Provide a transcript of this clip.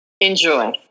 Enjoy